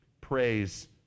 praise